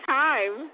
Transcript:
time